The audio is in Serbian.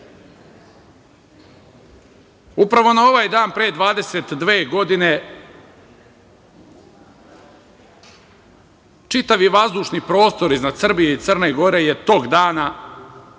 dobrom. Upravo na ovaj dan pre 22 godine čitav vazdušni prostor iznad Srbije i Crne Gore je tog dana